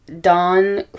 Don